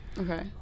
Okay